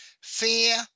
fear